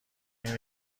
این